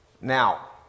Now